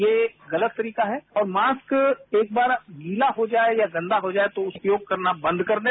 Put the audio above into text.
ये गलत तरीका है और मास्क एक बार गीला हो जाए या गंदा हो जाए तो उपयोग करना बंद कर दें